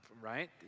right